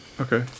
Okay